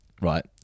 right